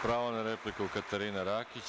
Pravo na repliku, Katarina Rakić.